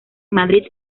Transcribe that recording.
madrid